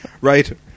Right